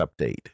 update